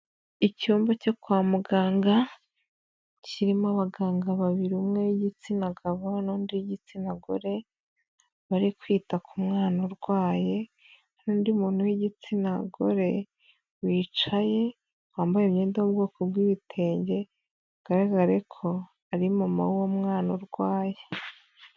Icyumba cyo kwa muganga kirimo abaganga babiri umwe w'igitsina gabo n'undi w'igitsina gore, bari kwita ku mwana urwaye n'undi muntu w'igitsina gore wicaye wambaye imyenda y'ubwoko bw'ibitenge, bigaragare ko ari mama w'uwo mwana urwaye.